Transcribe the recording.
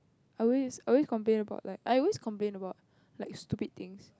I always I always complain about like I always complain about like stupid things